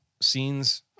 scenes